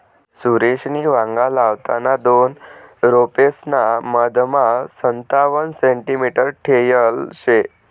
सुरेशनी वांगा लावताना दोन रोपेसना मधमा संतावण सेंटीमीटर ठेयल शे